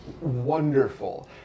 wonderful